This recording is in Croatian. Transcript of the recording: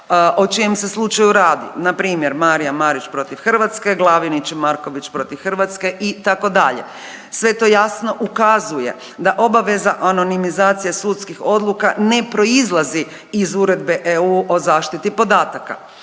o čijem se slučaju radi. Npr. Marijan Marić protiv Hrvatske, Glavinić i Marković protiv Hrvatske itd. Sve to jasno ukazuje da obaveza anonimizacije sudskih odluka ne proizlazi iz Uredbe EU o zaštiti podataka.